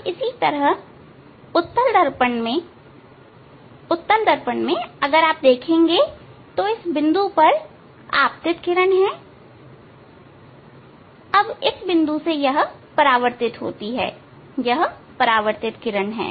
अब इसी तरह उत्तल दर्पण में अगर आप देखेंगे तो यह इस बिंदु पर आपतित किरण हैअब इस बिंदु से यह परावर्तित होती है यह परावर्तित किरण है